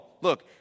Look